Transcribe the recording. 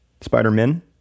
Spider-Man